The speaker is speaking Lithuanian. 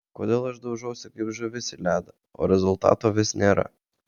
kodėl aš daužausi kaip žuvis į ledą o rezultato vis nėra